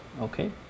Okay